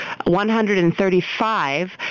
135